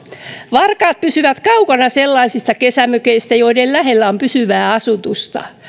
varkaat pysyvät kaukana sellaisista kesämökeistä joiden lähellä on pysyvää asutusta